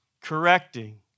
correcting